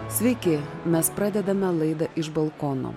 sveiki mes pradedame laidą iš balkono